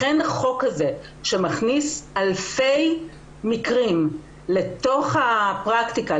לכן החוק הזה שמכניס אלפי מקרים לתוך הפרקטיקה,